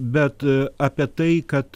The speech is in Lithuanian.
bet apie tai kad